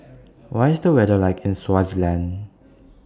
What IS The weather like in Swaziland